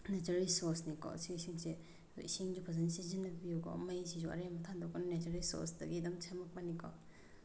natural ꯔꯤꯁꯣꯔꯁꯅꯤꯀꯣ ꯁꯤꯁꯤꯡꯁꯦ ꯑꯗꯣ ꯏꯁꯤꯡꯗꯣ ꯐꯖꯅ ꯁꯤꯖꯤꯟꯅꯕꯤꯌꯨꯀꯣ ꯃꯩꯁꯤꯁꯨ ꯑꯔꯦꯝꯕꯗ ꯊꯥꯟꯗꯣꯛꯀꯅꯨ ꯅꯦꯆꯔꯦꯜ ꯔꯤꯁꯣꯔꯁꯇꯒꯤ ꯑꯗꯨꯝ ꯁꯦꯝꯃꯛꯄꯅꯤꯀꯣ